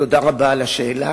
תודה רבה על השאלה,